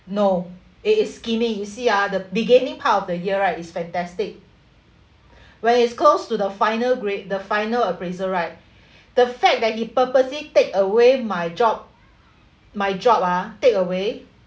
no it is scheming you see ah the beginning part of the year right is fantastic when it's close to the final grade the final appraisal right the fact that he purposely take away my job my job ah take away